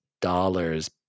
dollars